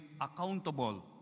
accountable